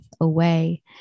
away